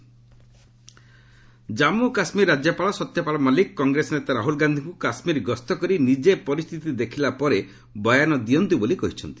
J and K governor Jammu Kashmir ରାଜ୍ୟପାଳ Satyapal Malik Congress ନେତା ରାହୁଲ ଗାନ୍ଧିଙ୍କୁ କାଶ୍ମୀର ଗସ୍ତ କରି ନିଜେ ପରିସ୍ଥିତି ଦେଖିଲା ପରେ ବୟାନ ଦିଅନ୍ତୁ ବୋଲି କହିଛନ୍ତି